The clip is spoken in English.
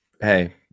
Hey